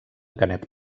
canet